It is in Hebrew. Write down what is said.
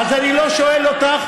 אז אני לא שואל אותך.